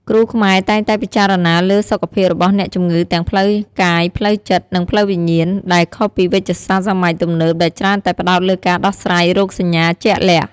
គ្រូខ្មែរតែងតែពិចារណាលើសុខភាពរបស់អ្នកជំងឺទាំងផ្លូវកាយ ផ្លូវចិត្ត និងផ្លូវវិញ្ញាណ ដែលខុសពីវេជ្ជសាស្ត្រសម័យទំនើបដែលច្រើនតែផ្ដោតលើការដោះស្រាយរោគសញ្ញាជាក់លាក់។